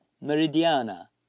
Meridiana